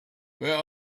where